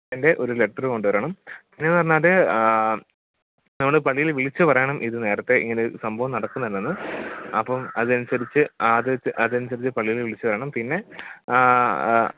അതിൻ്റെ ഒരു ലെറ്റർ കൊണ്ടുവരണം പിന്നെ പറഞ്ഞാൽ നമ്മൾ പള്ളിയിൽ വിളിച്ച് പറയണം ഇത് നേരത്തെ ഇങ്ങനൊരു സംഭവം നടക്കുന്നുണ്ടെന്ന് അപ്പം അതനുസരിച്ച് അത് അതനുസരിച്ച് പള്ളിയിൽ വിളിച്ചുപറയണം പിന്നെ